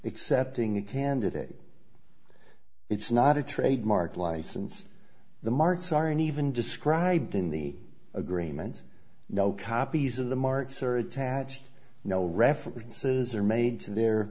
excepting the candidate it's not a trademark license the marks are an even described in the agreements no copies of the marks are attached no references are made to their